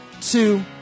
two